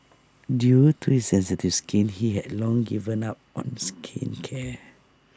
due to his sensitive skin he had long given up on skincare